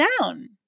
down